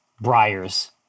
briars